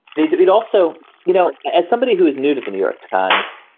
it it also, you know, as somebody who is new to the new york times,